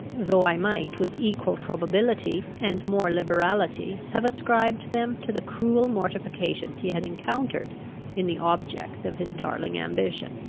though i might with equal probability and more liberality have ascribed them to the cruel mortifications he had encountered in the objects of his darling ambition.